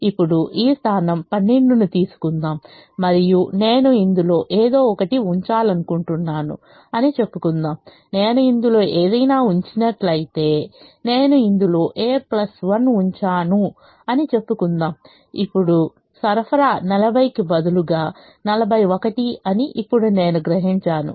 ఇప్పుడు ఈ స్థానం 1 2 ను తీసుకుందాం మరియు నేను ఇందులో ఏదో ఒకటి ఉంచాలనుకుంటున్నాను అని చెప్పుకుందాం నేను ఇందులో ఏదైనా ఉంచినట్లయితే నేను ఇందులో a 1 ఉంచాను అని చెప్పుకుందాం ఇప్పుడు సరఫరా 40 కి బదులుగా 41 అని ఇప్పుడు నేను గ్రహించాను